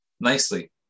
nicely